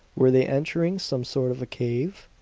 were they entering some sort of a cave?